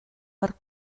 per